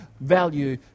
value